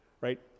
right